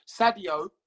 Sadio